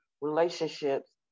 relationships